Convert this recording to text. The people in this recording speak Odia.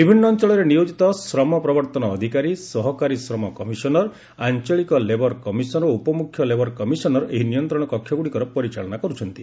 ବିଭିନ୍ନ ଅଞ୍ଚଳରେ ନିୟୋଜିତ ଶ୍ରମ ପ୍ରବର୍ତ୍ତନ ଅଧିକାରୀ ସହକାରୀ ଶ୍ରମ କମିଶନର ଆଞ୍ଚଳିକ ଲେବର କମିଶନ ଓ ଉପମୁଖ୍ୟ ଲେବର କମିଶନର ଏହି ନିୟନ୍ତ୍ରଣ କକ୍ଷଗୁଡ଼ିକର ପରିଚାଳନା କରୁଛନ୍ତି